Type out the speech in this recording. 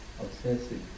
obsessive